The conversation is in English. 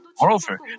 Moreover